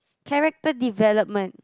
character development